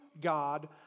God